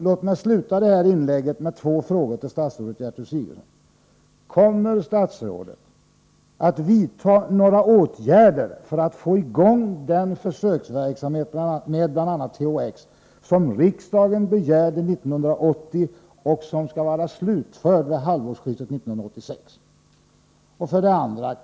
Låg mig sluta detta inlägg med två frågor till statsrådet Gertrud Sigurdsen: Kommer statsrådet att vidta några åtgärder för att få i gång den försöksverksamhet med bl.a. THX som riksdagen begärde 1980 och som skall vara slutförd vid halvårsskiftet 1986?